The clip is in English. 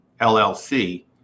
LLC